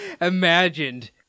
imagined